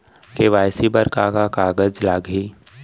KYC बर का का कागज लागही?